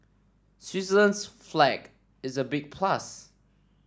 Switzerland's flag is a big plus